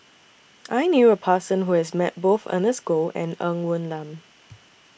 I knew A Person Who has Met Both Ernest Goh and Ng Woon Lam